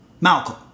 Malcolm